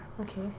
okay